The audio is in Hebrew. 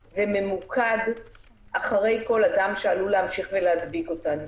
וממוקד אחרי כל אדם שעלול להמשיך ולהדביק אותנו.